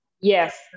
Yes